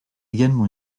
également